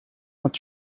vingt